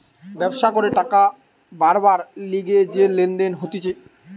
ব্যবসা করে টাকা বারবার লিগে যে লেনদেন হতিছে